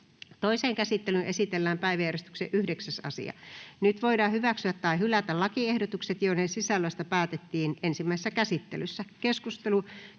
Toiseen käsittelyyn esitellään päiväjärjestyksen 7. asia. Nyt voidaan hyväksyä tai hylätä lakiehdotukset, joiden sisällöstä päätettiin ensimmäisessä käsittelyssä.